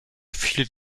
viele